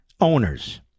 owners